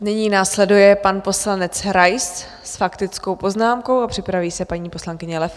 Nyní následuje pan poslanec Rais s faktickou poznámkou a připraví se paní poslankyně Levko.